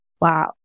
Wow